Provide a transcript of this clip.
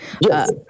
Yes